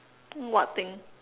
what thing